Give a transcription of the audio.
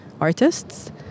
artists